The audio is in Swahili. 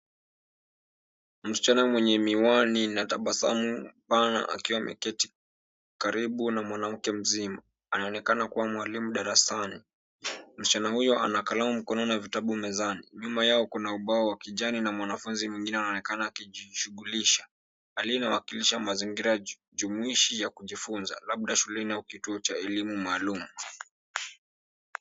Msichana mwenye miwani na tabasamu pana akiwa ameketi karibu na mwanamke mzima. Anaonekana kuwa mwalimu darasani. Msichana huyu ana kalamu mkononi na vitabu mezani. Nyuma yao kuna ubao wa kijani na mwanafunzi mwingine anaonekana akijishughulisha. Hali hii inawakilisha mazingira jumuishi ya kujifunza labda shuleni au kituo cha elimu maalum.